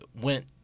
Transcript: went